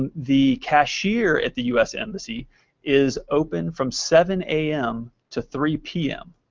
and the cashier at the u s. embassy is open from seven a m. to three p m.